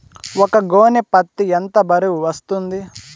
ఒక గోనె పత్తి ఎంత బరువు వస్తుంది?